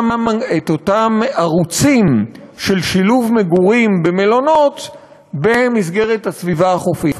את אותם ערוצים של שילוב מגורים במלונות במסגרת הסביבה החופית.